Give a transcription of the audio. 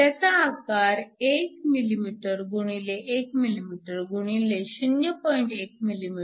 त्याचा आकार 1 mm x 1 mm x 0